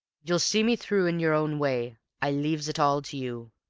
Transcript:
you'll see me through in yer own way. i leaves it all to you.